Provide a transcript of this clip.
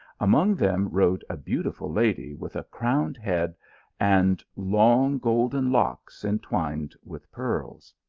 among them rode a beautiful lady with a crowned, head and long golden locks entwined with pearls.